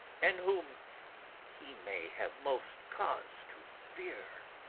and whom he may have most cause to fear.